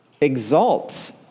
exalts